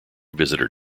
visitor